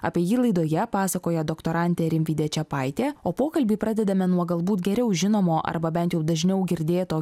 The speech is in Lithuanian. apie jį laidoje pasakoja doktorantė rimvydė čepaitė o pokalbį pradedame nuo galbūt geriau žinomo arba bent jau dažniau girdėto